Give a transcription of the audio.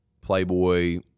playboy